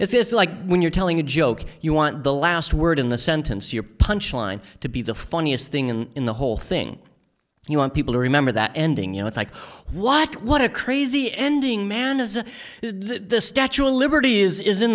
it's like when you're telling a joke you want the last word in the sentence your punchline to be the funniest thing and in the whole thing you want people to remember that ending you know it's like what what a crazy ending man is that the statue of liberty is i